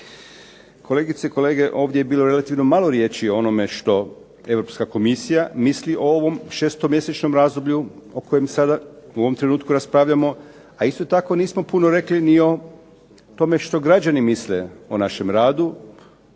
Kolegice i kolege, ovdje je bilo relativno malo riječi o onome što Europska komisija misli o ovom šestomjesečnom razdoblju o kojem sada u ovom trenutku raspravljamo. A isto tako nismo puno rekli ni o tome što građani misle o našem radu.